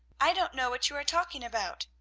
i don't know what you are talking about.